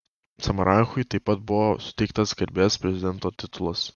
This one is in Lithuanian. samaranchui taip pat buvo suteiktas garbės prezidento titulas